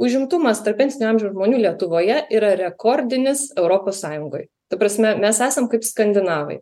užimtumas tarp pensinio amžiaus žmonių lietuvoje yra rekordinis europos sąjungoj ta prasme mes esam kaip skandinavai